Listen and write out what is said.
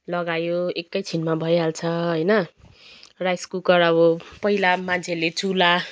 लगायो एकैछिनमा भइहाल्छ होइन राइस कुकर अब पहिला मान्छेले चुल्हा